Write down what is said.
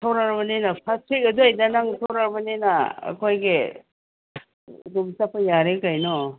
ꯊꯣꯔꯛꯑꯕꯅꯤꯅ first week ꯑꯗ꯭ꯋꯥꯏꯗ ꯅꯪ ꯊꯣꯔꯛꯑꯕꯅꯤꯅ ꯑꯩꯈꯣꯏꯒꯤ ꯑꯗꯨꯝ ꯆꯠꯄ ꯌꯥꯔꯦ ꯀꯩꯅꯣ